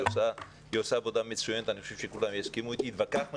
היא עושה עבודה מצוינת ואני חושב שכולם יסכימו אתי התווכחנו